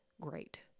great